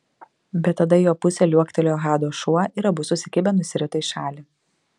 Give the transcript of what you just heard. bet tada į jo pusę liuoktelėjo hado šuo ir abu susikibę nusirito į šalį